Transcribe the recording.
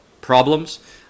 problems